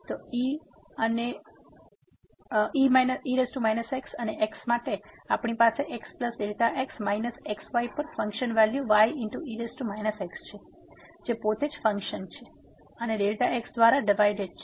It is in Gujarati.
તો e અને x માટે આપણી પાસે xx માઈનસ x y પર ફંક્શન વેલ્યુ ye x છે જે પોતેજ ફંકશન છે અને x દ્વારા ડિવાઈડેડ છે